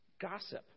gossip